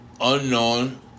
unknown